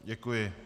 Děkuji.